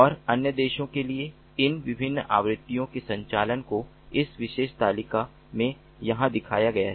और अन्य देशों के लिए इन विभिन्न आवृत्तियों के संचालन को इस विशेष तालिका में यहां दिखाया गया है